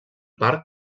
parc